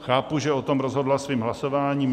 Chápu, že o tom rozhodla svým hlasováním.